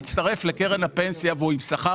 אדם שמצטרף לקרן הפנסיה והוא עם שכר